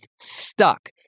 stuck